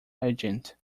agent